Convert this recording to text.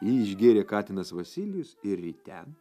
jį išgėrė katinas vasilijus ir ryte